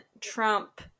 trump